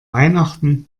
weihnachten